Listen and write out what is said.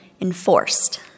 enforced